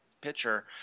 pitcher